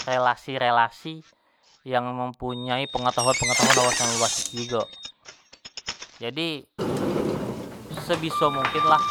Relasi-relasi yang mempunyai pengetahuan-pengetahuan wawasan uas jugo, jadi sebiso mungkin lah